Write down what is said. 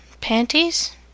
panties